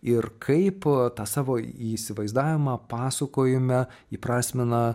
ir kaip tą savo įsivaizdavimą pasakojime įprasmina